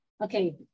Okay